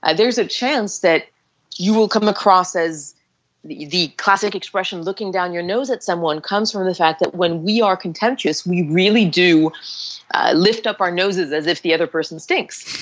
and there is a chance that you will come across as the the classic expression looking down your nose at someone comes from the fact that when we are contentious, we really do lift up our noses as if the other person stinks.